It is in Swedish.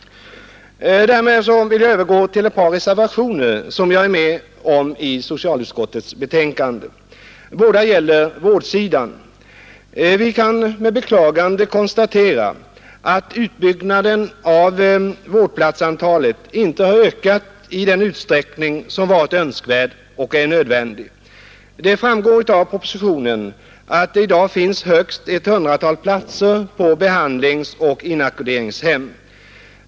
Därmed övergår jag till ett par reservationer som jag är med på i socialutskottets betänkande. Båda gäller vårdsidan. Vi kan med beklagande konstatera att vårdplatsantalet inte ökat i den utsträckning som varit önskvärd och nödvändig. Det framgår av propositionen att det i dag finns högst ett hundratal platser på behandlingsoch inackorderingshem.